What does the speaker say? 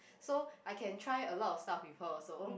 so I can try a lot of stuff with her also